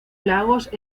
lagos